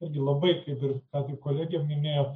irgi labai kaip ir ką tik kolegė minėjo